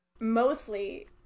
Mostly